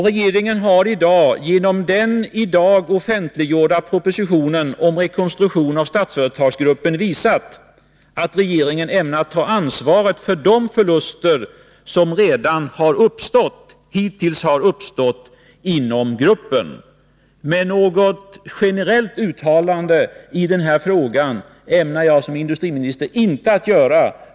Regeringen har genom den i dag offentliggjorda propositionen om rekonstruktion av Statsföretagsgruppen visat att regeringen ämnar ta ansvaret för de förluster som hittills har uppstått inom gruppen. Men något generellt uttalande i den här frågan ämnar jag som industriminister inte göra.